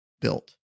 Built